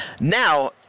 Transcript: Now